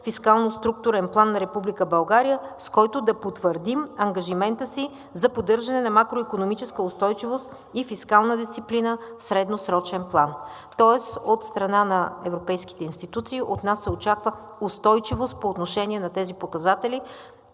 фискалноструктурен план на Република България, с който да потвърдим ангажимента си за поддържане на макроикономическа устойчивост и фискална дисциплина в средносрочен план. Тоест от страна на европейските институции от нас се очаква устойчивост по отношение на тези показатели